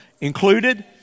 included